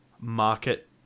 market